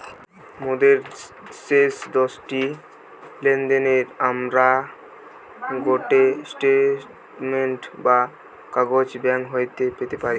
মোদের শেষ দশটি লেনদেনের আমরা গটে স্টেটমেন্ট বা কাগজ ব্যাঙ্ক হইতে পেতে পারি